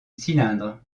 cylindre